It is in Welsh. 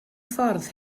ffordd